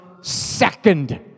second